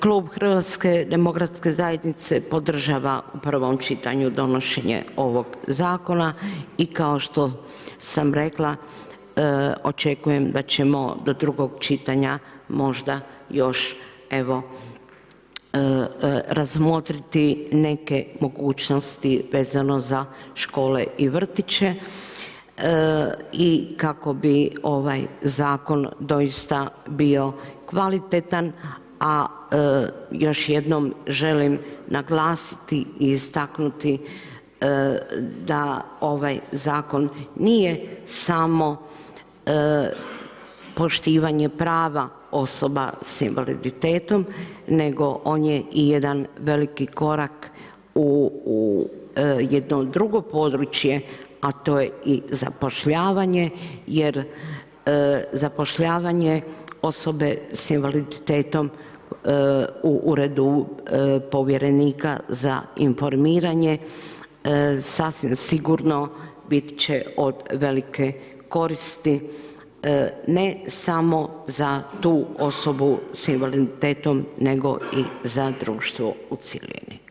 Klub HDZ-a podržava u prvom čitanju donošenjem ovog zakona i kao što sam rekla, očekujem da ćemo do drugog čitanja možda još evo razmotriti neke mogućnosti vezano za škole i vrtiće i kako bi ovaj zakon doista bio kvalitetan a još jednom želim naglasiti i istaknuti da ovaj zakon nije samo poštivanje prava osoba sa invaliditetom nego ovdje je i jedan veliki korak u jedno drugo područje a to je i zapošljavanje jer zapošljavanje osobe sa invaliditetom u Uredu povjerenika za informiranje sasvim sigurno bit će od velike koristi ne samo za tu osobu sa invaliditetom nego i za društvo u cjelini.